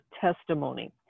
Testimony